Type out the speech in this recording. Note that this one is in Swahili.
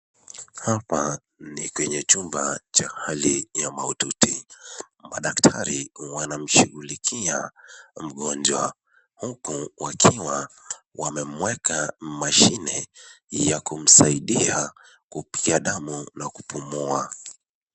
Hapa ni kwenye chumba cha hali ya maututi. Madaktari wanamshughulikia mgonjwa huku wakiwa wamemweka mashine ya kumsaidia kupiga damu na kupumua.